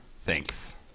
Thanks